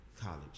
college